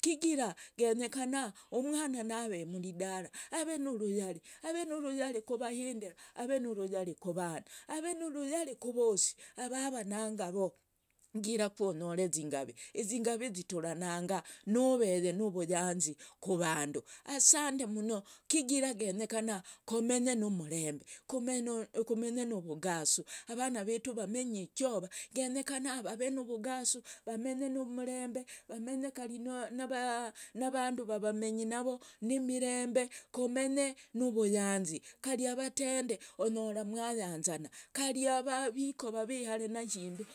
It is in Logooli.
kijira genyekana umwana nave mwidara ave nuruyari ave nuruyari kuvahindira ave nuruyari kuvana, ave nuruyari kuvosi, arava nangavo ngira kuonyoreku zingavi, izingavi ziturananga noveye nuvuyanzi kuvandu asande mno kijira genyekana kove numrembe komenye nuvugasu, vamenye numrembe vamenye kari navandu vavamenyi navo nimirembe komenye nuvuyanzi kari avatende onyora mwayanzana kari aviko vave ihare nashimbi.